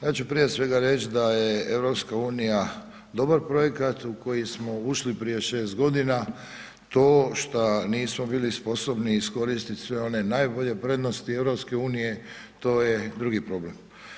Ja ću prije svega reći da je EU, dobar projekat, u koji smo ušli prije 6 g. to što nismo bili sposobni iskoristiti sve one najbolje prednosti EU, to je drugi problem.